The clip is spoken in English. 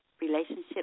relationship